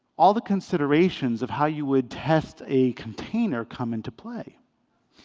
all the considerations of how you would test a container come into play.